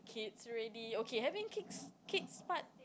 kids already okay having kids kids part